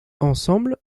ensemble